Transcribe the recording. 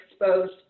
exposed